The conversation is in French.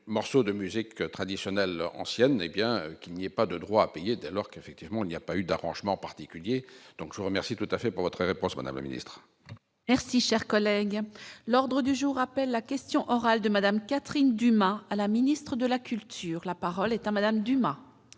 morceaux de musique traditionnelle ancienne et bien qu'il n'y a pas de droits à payer dès lors qu'effectivement il n'y a pas eu d'arrangements particuliers donc je remercie tout à fait pour votre réponse qu'on administre. Merci, cher collègue, l'ordre du jour appelle la question orale de Madame Catherine Dumas à la ministre de la culture, la parole est à Madame Dumas.